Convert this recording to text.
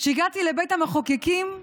כשהגעתי לבית המחוקקים,